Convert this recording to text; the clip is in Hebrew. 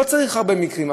לא צריך הרבה מקרים,